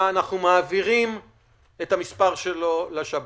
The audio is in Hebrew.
פעולה, אנחנו מעבירים את המספר שלו לשב"כ.